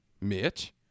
Mitch